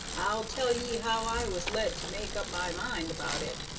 i'll tell ye how i was led to make up my mind about it.